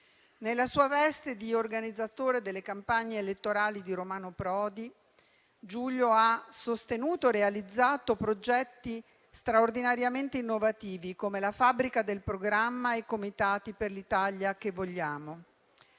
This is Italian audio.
Nella sua veste di organizzatore delle campagne elettorali di Romano Prodi Giulio ha sostenuto e realizzato progetti straordinariamente innovativi, come la Fabbrica del programma e i Comitati per l'Italia che vogliamo.